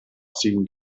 ziehen